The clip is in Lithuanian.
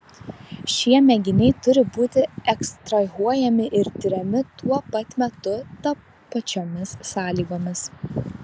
šie mėginiai turi būti ekstrahuojami ir tiriami tuo pat metu tapačiomis sąlygomis